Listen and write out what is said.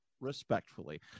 respectfully